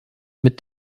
mit